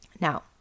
Now